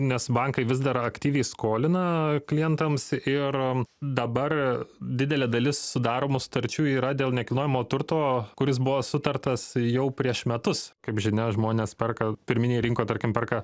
nes bankai vis dar aktyviai skolina klientams ir dabar didelė dalis sudaromų sutarčių yra dėl nekilnojamo turto kuris buvo sutartas jau prieš metus kaip žinia žmonės perka pirminėj rinkoj tarkim perka